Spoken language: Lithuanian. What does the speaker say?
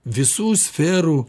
visų sferų